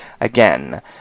again